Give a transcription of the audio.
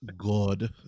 god